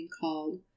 called